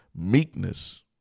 meekness